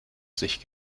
sich